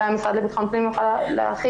ואולי המשרד לביטחון פנים יוכל להרחיב,